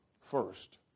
first